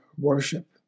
worship